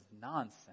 nonsense